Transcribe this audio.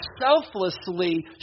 selflessly